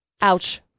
Ouch